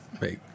make